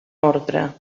ordre